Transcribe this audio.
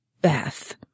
Beth